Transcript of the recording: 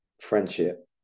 friendship